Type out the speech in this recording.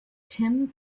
tim